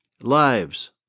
lives